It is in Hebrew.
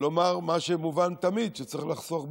לומר מה שמובן תמיד שצריך לחסוך במים.